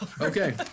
Okay